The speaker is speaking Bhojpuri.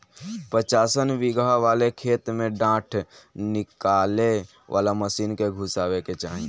पचासन बिगहा वाले खेत में डाँठ निकाले वाला मशीन के घुसावे के चाही